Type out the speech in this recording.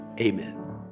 amen